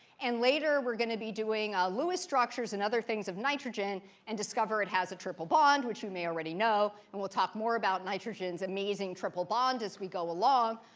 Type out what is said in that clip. and later, we're going to be doing lewis structures and other things of nitrogen and discover it has a triple bond, which you may already know, and we'll talk more about nitrogen's amazing triple bond as we go along.